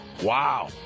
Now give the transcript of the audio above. Wow